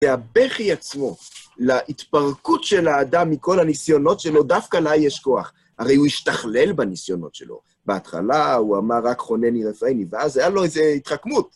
והבכי עצמו, להתפרקות של האדם מכל הניסיונות שלו, דווקא לה יש כוח, הרי הוא השתכלל בניסיונות שלו. בהתחלה הוא אמר רק חונני רפאני, ואז היה לו איזו התחכמות.